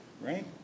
right